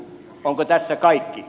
onko tässä kaikki